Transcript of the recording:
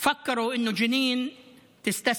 חשבו שג'נין תיכנע,